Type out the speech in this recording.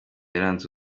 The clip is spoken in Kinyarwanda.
yaranze